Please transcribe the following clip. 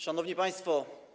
Szanowni Państwo!